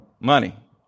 Money